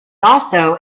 also